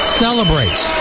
celebrates